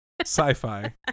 Sci-Fi